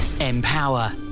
empower